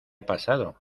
pasado